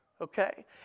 okay